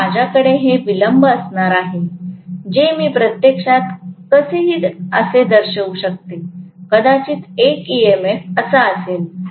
म्हणून माझ्याकडे हे विलंब असणार आहे जे मी प्रत्यक्षात काहीसे असे दर्शवू शकते कदाचित एक ईएमएफ असा असेल